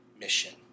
mission